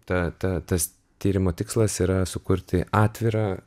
ta ta tas tyrimo tikslas yra sukurti atvirą